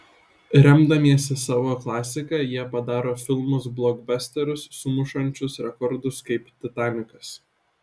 remdamiesi savo klasika jie padaro filmus blokbasterius sumušančius rekordus kaip titanikas